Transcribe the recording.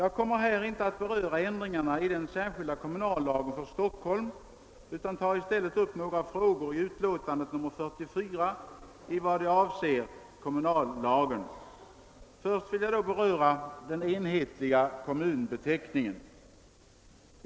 Jag kommer här inte att beröra ändringarna i den särskilda kommunallagen för Stockholm utan tar i stället upp några frågor i utlåtandet 44 i vad de avser kommunallagen. Jag vill först beröra den enhetliga kommunbeteckningen.